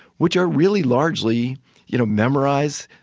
which are really largely you know memorize,